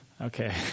Okay